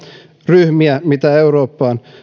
ryhmiä mitä eurooppaan